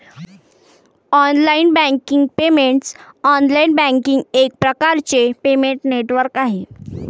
online banking payments online banking एक प्रकारचे payment network आहे